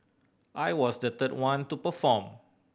I was the third one to perform